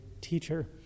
teacher